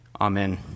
Amen